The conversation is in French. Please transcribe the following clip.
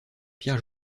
pierre